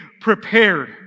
prepared